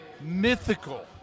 mythical